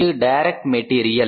இது direct material